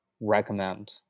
recommend